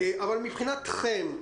אבל מבחינתכם,